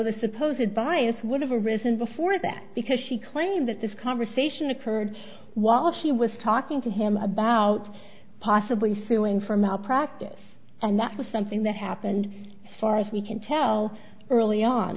the supposed it bias would have arisen before that because she claimed that this conversation occurred while she was talking to him about possibly suing for malpractise and that was something that happened far as we can tell early on